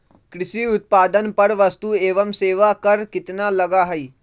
कृषि उत्पादन पर वस्तु एवं सेवा कर कितना लगा हई?